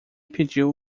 pediu